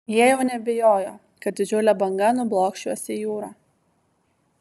jie jau nebijojo kad didžiulė banga nublokš juos į jūrą